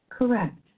Correct